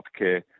healthcare